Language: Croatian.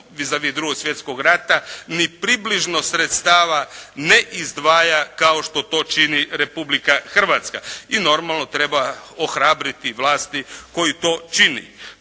vis" drugog svjetskog rata ni približno sredstava ne izdvaja kao što to čini Republika Hrvatska, i normalno treba ohrabriti vlast koja to čini.